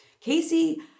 Casey